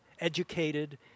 educated